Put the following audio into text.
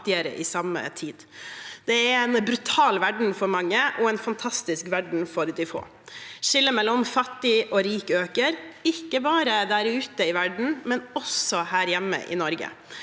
Det er en brutal verden for mange, og en fantastisk verden for de få. Skillet mellom fattig og rik øker, ikke bare der ute i verden, men også her hjemme i Norge.